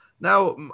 Now